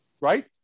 right